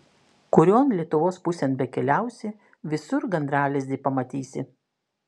kurion lietuvos pusėn bekeliausi visur gandralizdį pamatysi